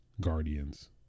guardians